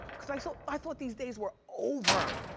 cause i so i thought these days were over.